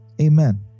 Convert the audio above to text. Amen